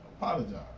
Apologize